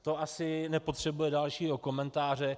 To asi nepotřebuje dalšího komentáře.